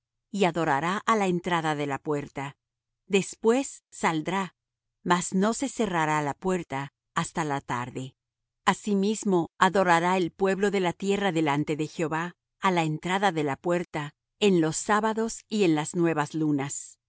y adorará á la entrada de la puerta después saldrá mas no se cerrará la puerta hasta la tarde asimismo adorará el pueblo de la tierra delante de jehová á la entrada de la puerta en los sábados y en las nuevas lunas